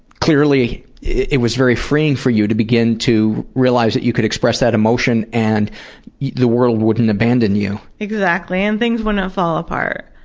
clearly it was very freeing for you to begin to realize that you could express that emotion and the world wouldn't abandon you. exactly, and things wouldn't fall apart.